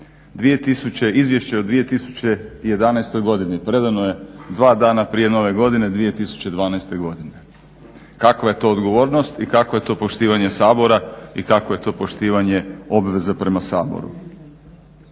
Izvješće o 2011. godini predano je 2 dana prije nove godine 2012. godine. Kakva je to odgovornost i kakvo je to poštivanje Sabora i kakvo je to poštivanje obveze prema Saboru?